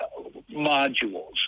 modules